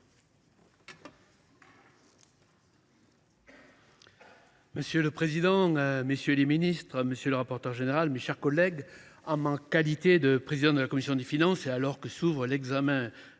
Monsieur le président, messieurs les ministres, monsieur le rapporteur général, mes chers collègues, en ma qualité de président de la commission des finances, et alors que s’engage l’examen